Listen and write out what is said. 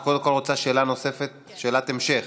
את קודם כול רוצה שאלה נוספת, שאלת המשך.